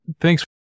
thanks